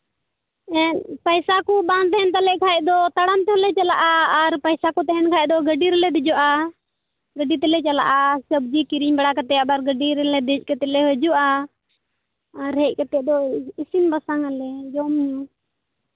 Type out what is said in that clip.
ᱦᱮᱸ ᱯᱚᱭᱥᱟ ᱠᱚ ᱵᱟᱝ ᱛᱟᱦᱮᱱ ᱛᱟᱞᱮ ᱠᱷᱟᱱ ᱫᱚ ᱛᱟᱲᱟᱢ ᱛᱮᱞᱮ ᱪᱟᱞᱟᱜᱼᱟ ᱟᱨ ᱯᱚᱭᱥᱟ ᱠᱚ ᱛᱟᱦᱮᱱ ᱠᱷᱟᱱ ᱫᱚ ᱜᱟᱹᱰᱤ ᱨᱮᱞᱮ ᱫᱮᱡᱚᱜᱼᱟ ᱜᱟᱹᱰᱤ ᱛᱮᱞᱮ ᱪᱟᱞᱟᱜᱼᱟ ᱥᱚᱵᱽᱡᱤ ᱠᱤᱨᱤᱧ ᱵᱟᱲᱟ ᱠᱟᱛᱮᱫ ᱟᱵᱟᱨ ᱜᱟᱹᱰᱤ ᱨᱮᱞᱮ ᱫᱮᱡ ᱠᱟᱛᱮᱫ ᱞᱮ ᱦᱤᱡᱩᱜᱼᱟ ᱟᱨ ᱦᱮᱡ ᱠᱟᱛᱮᱫ ᱫᱚ ᱤᱥᱤᱱ ᱵᱟᱥᱟᱝᱼᱟᱞᱮ ᱡᱚᱢᱼᱧᱩ